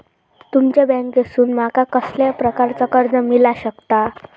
तुमच्या बँकेसून माका कसल्या प्रकारचा कर्ज मिला शकता?